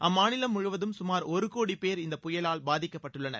அம்மாநிலம் முழுவதும் சுமார் ஒரு கோடி பேர் இந்த புயலால் பாதிக்கப்பட்டுள்ளனர்